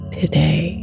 today